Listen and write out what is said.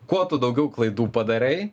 kuo daugiau klaidų padarai